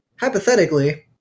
hypothetically